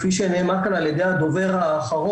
כפי שנאמר כאן על ידי הדובר האחרון,